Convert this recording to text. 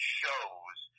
shows